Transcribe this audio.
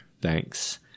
thanks